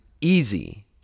easy